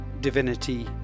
divinity